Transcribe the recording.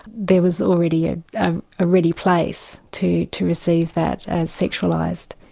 there was already a ah ah ready place to to receive that as sexualised.